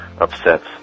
Upsets